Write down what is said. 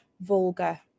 vulgar